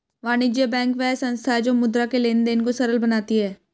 वाणिज्य बैंक वह संस्था है जो मुद्रा के लेंन देंन को सरल बनाती है